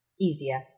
easier